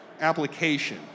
application